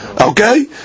okay